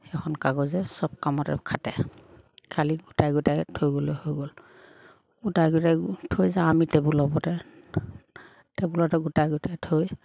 সেইখন কাগজে চব কামতে খাটে খালি গোটাই গোটাই থৈ গ'লে হৈ গ'ল গোটাই গোটাই থৈ যাওঁ আমি টেবুলৰ ওপৰতে টেবুলতে গোটাই গোটাই থৈ